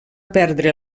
perdre